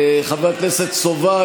חבר הכנסת סובה,